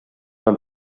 van